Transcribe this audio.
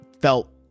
felt